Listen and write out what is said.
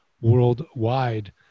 worldwide